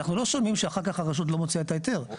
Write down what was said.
אנחנו לא שומעים שאחר כך הרשות לא מוציאה את ההיתר.